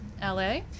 LA